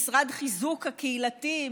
המשרד לחיזוק קהילתי,